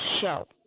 show